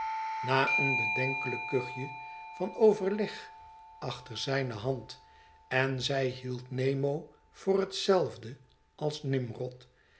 na eenbedenkelijk kuchje van overleg achter zijne hand en zij hield nemo voor hetzelfde als nimrod